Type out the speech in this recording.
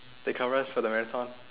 they cover us for the marathon